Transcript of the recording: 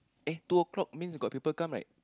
eh two o-clock means got people come right